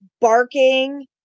barking